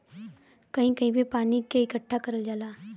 कहीं कहीं पे पानी के इकट्ठा करल जाला